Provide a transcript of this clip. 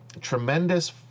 tremendous